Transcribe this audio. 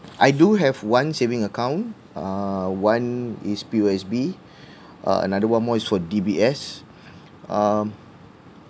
I do have one saving account uh one is P_O_S_B uh another one more is for D_B_S um